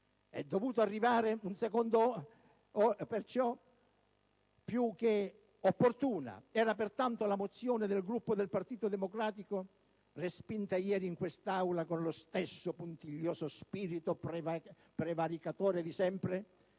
di responsabilità e urgenza. Più che opportuna era, pertanto, la mozione del gruppo del Partito Democratico, respinta ieri in quest'Aula con lo stesso puntiglioso spirito prevaricatore di sempre,